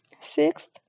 Sixth